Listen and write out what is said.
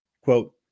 Quote